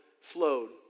flowed